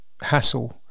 hassle